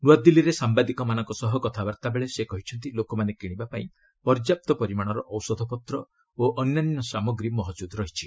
ନ୍ତ୍ରଆଦିଲ୍ଲୀରେ ସାମ୍ବାଦିକମାନଙ୍କ ସହ କଥାବାର୍ତ୍ତା ବେଳେ ସେ କହିଛନ୍ତି ଲୋକମାନେ କିଶିବା ପାଇଁ ପର୍ଯ୍ୟାପ୍ତ ପରିମାଣର ଔଷଧପତ୍ର ଓ ଅନ୍ୟାନ୍ୟ ସାମଗ୍ରୀ ମହକୁଦ ରହିଛି